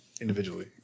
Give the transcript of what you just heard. individually